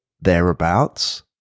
thereabouts